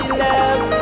love